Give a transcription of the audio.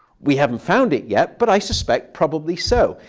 we haven't found it yet, but i suspect probably so.